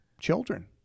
children